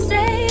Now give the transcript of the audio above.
Say